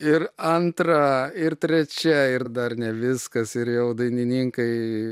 ir antra ir trečia ir dar ne viskas ir jau dainininkai